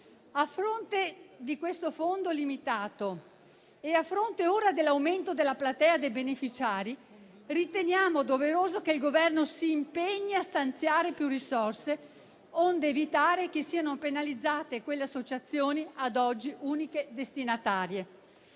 A fronte di questo fondo limitato e a fronte ora dell'aumento della platea dei beneficiari, riteniamo doveroso che il Governo si impegni a stanziare più risorse, onde evitare che siano penalizzate quelle associazioni ad oggi uniche destinatarie.